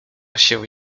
się